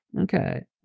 Okay